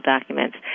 documents